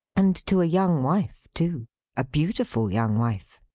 and to a young wife too a beautiful young wife.